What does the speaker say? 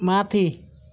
माथि